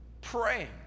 praying